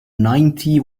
ninety